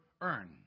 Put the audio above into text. earn